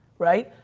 right.